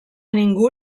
ningú